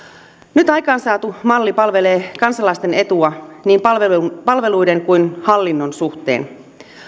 nyt aikaansaatu malli palvelee kansalaisten etua niin palveluiden palveluiden kuin hallinnon suhteen